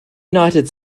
united